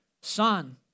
son